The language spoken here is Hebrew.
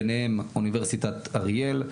ביניהם אוניברסיטת אריאל,